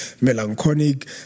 melancholic